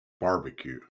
barbecue